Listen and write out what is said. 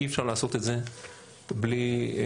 אי אפשר לעשות את זה בלי חבריי,